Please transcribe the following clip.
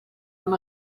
amb